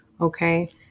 Okay